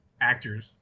actors